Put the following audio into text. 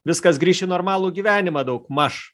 viskas grįš į normalų gyvenimą daugmaž